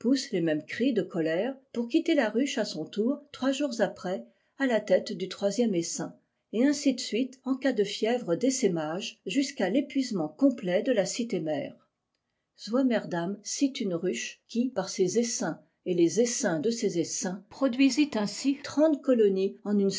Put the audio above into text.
les mêmes cris de colère pour quitter la ruche à son tour trois jours après à la tête du troisième essaim et ainsi de suite en cas de fièvi'e t essaimage jusqu'à l'épuisement complet de la cité mère swammerdam cite une ruche qui par ses ims et les essaims de ses essaims produisit i trente colonies en